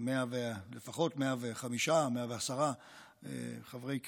לפחות 105, 110 חברי כנסת,